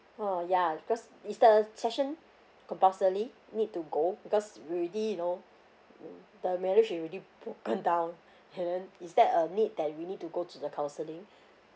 oh yeah because is the session compulsory need to go because we already you know mm the marriage already broken down and then is that a need that we need to go to the counselling